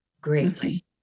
greatly